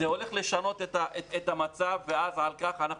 זה הולך לשנות את המצב ובגלל זה אנחנו